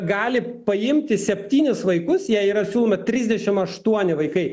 gali paimti septynis vaikus jai yra siūlomi trisdešimt aštuoni vaikai